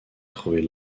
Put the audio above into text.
trouver